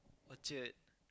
Orchard